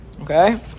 Okay